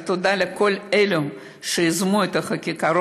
אבל תודה לכל אלה שיזמו את החקיקה.